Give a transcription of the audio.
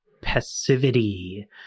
passivity